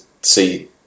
see